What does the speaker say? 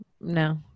No